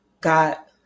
got